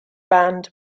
band